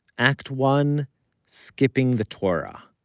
act one skipping the torah.